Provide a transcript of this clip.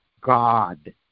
God